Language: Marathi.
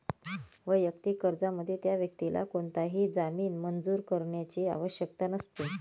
वैयक्तिक कर्जामध्ये, त्या व्यक्तीला कोणताही जामीन मंजूर करण्याची आवश्यकता नसते